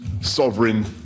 sovereign